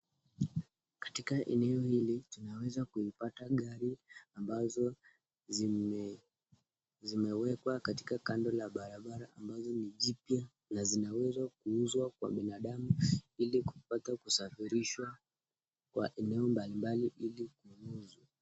Katika eneo hili, tunaweza kuipata gari ambazo, zime, zimewekwa katika kando la barabara ambazo ni jipya na zinaweza kuuzwa kwa binadamu ili kupata kusafirishwa kwa eneo mbali mbali ili kuuzwa.